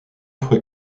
fois